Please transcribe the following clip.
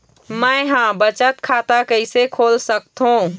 मै ह बचत खाता कइसे खोल सकथों?